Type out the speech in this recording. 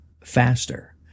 faster